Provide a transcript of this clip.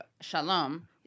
Shalom